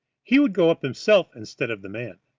he would go up himself instead of the man.